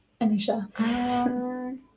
Anisha